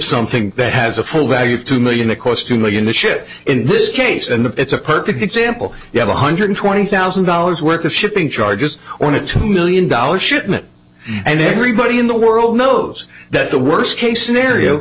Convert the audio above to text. something that has a full value of two million it costs two million to ship in this case and it's a perfect example you have one hundred twenty thousand dollars worth of shipping charges on it two million dollars shipment and everybody in the world knows that the worst case scenario